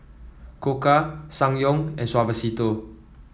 Koka Ssangyong and Suavecito